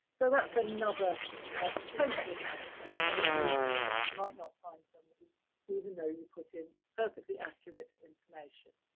so, that's another ah potential hazard, and another reason why you might not find somebody even though you put in perfectly accurate information.